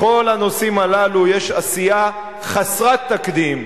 בכל הנושאים הללו יש עשייה חסרת תקדים,